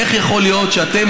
איך יכול להיות שאתם,